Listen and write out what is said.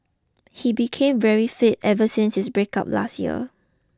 he became very fit ever since his breakup last year